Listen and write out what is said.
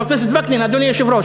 חבר הכנסת וקנין, אדוני היושב-ראש,